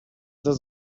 does